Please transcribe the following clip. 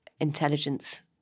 intelligence